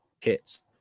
kits